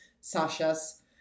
Sasha's